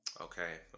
Okay